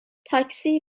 تاکسی